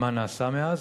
מה נעשה מאז?